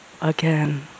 again